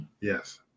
Yes